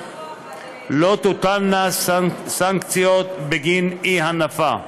לא תוטלנה סנקציות בגין אי-הנפה,